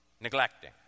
neglecting